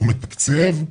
מתקצב,